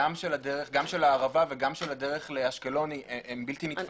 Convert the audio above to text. גם של הערבה וגם של הדרך לאשקלון הוא בלתי נתפס.